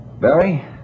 Barry